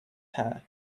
hair